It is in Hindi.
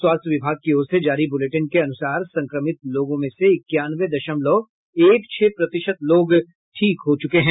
स्वास्थ्य विभाग की ओर से जारी बुलेटिन के अनुसार संक्रमित लोगों में से इक्यानवे दशमलव एक छह प्रतिशत लोग ठीक हो चुके हैं